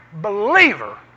believer